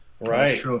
right